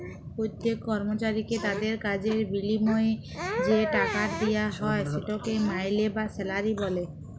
প্যত্তেক কর্মচারীকে তাদের কাজের বিলিময়ে যে টাকাট দিয়া হ্যয় সেটকে মাইলে বা স্যালারি ব্যলে